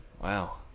wow